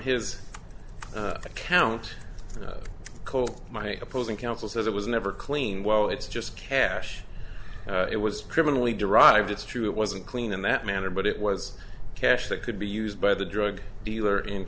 his account cold my opposing counsel says it was never clean well it's just cash it was criminally derived it's true it wasn't clean in that manner but it was cash that could be used by the drug dealer in